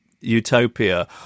utopia